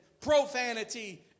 profanity